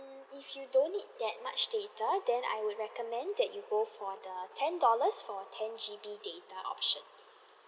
if you don't need that much data then I would recommend that you go for the ten dollars for ten G_B data options